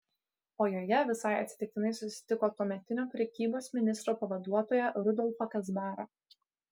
o joje visai atsitiktinai susitiko tuometinio prekybos ministro pavaduotoją rudolfą kazbarą